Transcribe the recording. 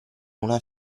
una